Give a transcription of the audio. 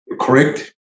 correct